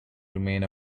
remain